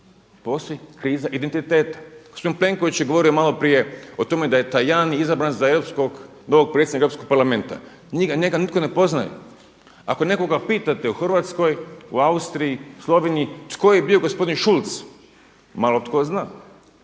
Postoji kriza identiteta. Gospodin Plenković je govorio malo prije o tome da je Talijan izabran za novog predsjednika Europskog parlamenta. Njega nitko ne poznaje. Ako nekoga pitate u Hrvatskoj, u Austriji, u Sloveniji tko je bio gospodin Schultz malo tko zna.